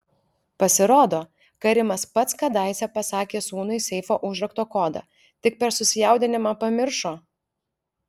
pasirodo karimas pats kadaise pasakė sūnui seifo užrakto kodą tik per susijaudinimą pamiršo